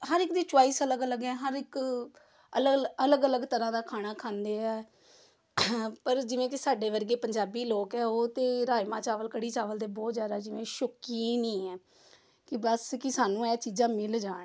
ਹਰ ਇੱਕ ਦੀ ਚੋਇਸ ਅਲੱਗ ਅਲੱਗ ਹੈ ਹਰ ਇੱਕ ਅਲੱਗ ਅਲੱਗ ਅਲੱਗ ਤਰ੍ਹਾਂ ਦਾ ਖਾਣਾ ਖਾਂਦੇ ਆ ਪਰ ਜਿਵੇਂ ਕਿ ਸਾਡੇ ਵਰਗੇ ਪੰਜਾਬੀ ਲੋਕ ਆ ਉਹ ਤਾਂ ਰਾਜਮਾਂਹ ਚਾਵਲ ਕੜੀ ਚਾਵਲ ਦੇ ਬਹੁਤ ਜ਼ਿਆਦਾ ਜਿਵੇਂ ਸ਼ੌਕੀਨ ਹੀ ਹੈ ਕਿ ਬਸ ਕਿ ਸਾਨੂੰ ਇਹ ਚੀਜ਼ਾਂ ਮਿਲ ਜਾਣ